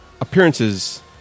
appearances